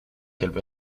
qu’elle